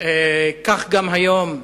כך גם היום,